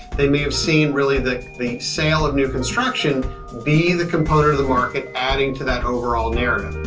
they may have seen really the the sale of new construction be the component of the market adding to that overall narrative.